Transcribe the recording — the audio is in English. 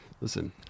listen